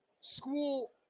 school